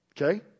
Okay